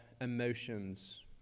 emotions